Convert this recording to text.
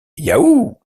yahoo